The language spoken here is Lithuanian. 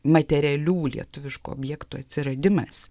materialių lietuviškų objektų atsiradimas